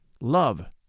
Love